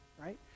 right